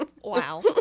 wow